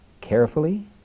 carefully